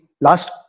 last